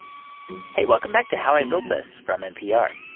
hey, welcome back to how i built this from npr.